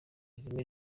ireme